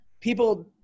people